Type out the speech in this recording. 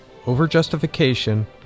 overjustification